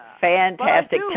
Fantastic